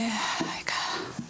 רגע.